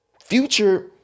Future